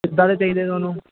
ਕਿੱਦਾਂ ਦੇ ਚਾਹੀਦੇ ਤੁਹਾਨੂੰ